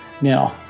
Now